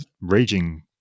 raging